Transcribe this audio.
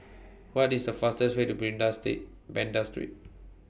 What IS The fastest Way to State Banda Street